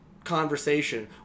conversation